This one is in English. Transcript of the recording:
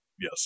Yes